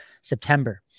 September